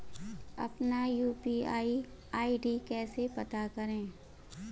अपना UPI ID कैसे पता करें?